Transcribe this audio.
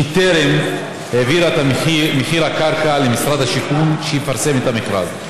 שטרם העבירה את מחיר הקרקע למשרד השיכון שיפרסם את המכרז.